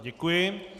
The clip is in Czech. Děkuji.